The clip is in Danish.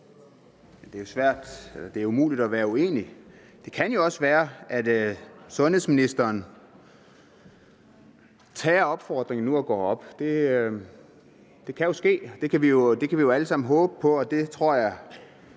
B. Olsen (LA): Det er umuligt at være uenig. Det kan jo også være, at sundhedsministeren tager opfordringen nu og går op. Det kan jo ske. Det kan vi jo alle sammen håbe på. Jeg tror,